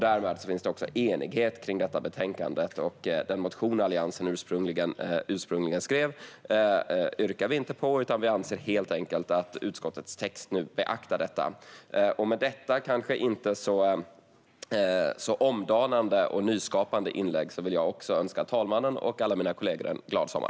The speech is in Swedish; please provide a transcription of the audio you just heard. Därmed finns det enighet om betänkandet. Den motion som Alliansen ursprungligen skrev yrkar vi inte bifall till, utan vi anser att utskottets text beaktar detta. Med detta kanske inte så omdanande och nyskapande inlägg vill jag önska herr talmannen och alla mina kollegor en glad sommar.